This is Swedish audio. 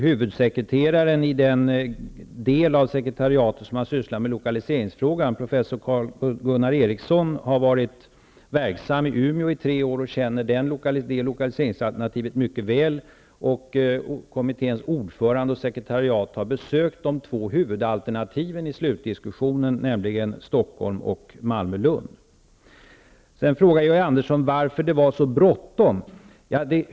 Huvudsekreteraren i den del av sekretariatet som har sysslat med lokaliseringsfrågan, professor Karl-Gunnar Eriksson, har varit verksam i Umeå under tre år och känner därför det lokaliseringsalternativet mycket väl. Kommitténs ordförande och sekretariat har besökt de två huvudalternativ som fördes fram vid slutdiskussionen, nämligen Stockholm och Georg Andersson frågade varför det var så bråttom.